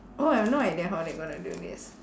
oh I have no idea how they gonna do this